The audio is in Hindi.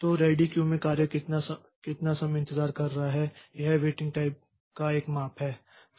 तो रेडी क्यू में कार्य कितना समय इंतजार कर रहा है यह वेटिंग टाइम का एक माप है